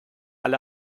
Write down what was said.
alle